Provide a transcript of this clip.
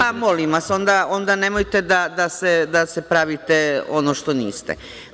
Pa, molim vas, onda nemojte da se pravite ono što niste.